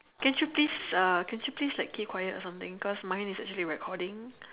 can you please uh can you please like keep quiet or something cause mine is actually recording